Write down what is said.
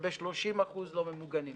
וב-30% לא ממוגנים.